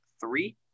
three